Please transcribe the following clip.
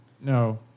no